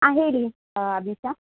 ಆಂ ಹೇಳಿ ದೀಪ